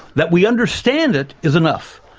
that we understand it is enough,